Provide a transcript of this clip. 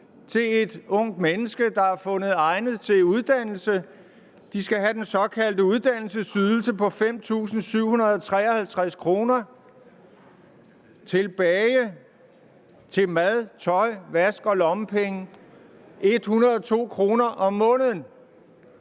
for et ungt menneske, der er fundet egnet til uddannelse, af den såkaldte uddannelsesydelse på 5.753 kr. Tilbage til mad, tøj, vask og lommepenge er der 102 kr. om måneden.